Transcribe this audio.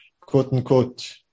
quote-unquote